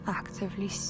actively